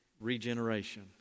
regeneration